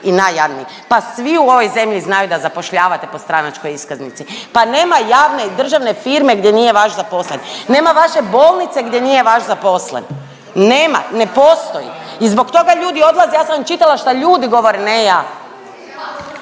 i najjadniji, pa svi u ovoj zemlji znaju da zapošljavate po stranačkoj iskaznici, pa nema javne i državne firme gdje nije vaš zaposlen, nema vaše bolnice gdje nije vaš zaposlen, nema, ne postoji i zbog toga ljudi odlaze. Ja sam čitala šta ljudi govore, ne ja.